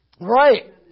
Right